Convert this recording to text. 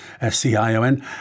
S-C-I-O-N